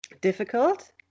difficult